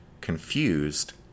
confused